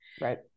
Right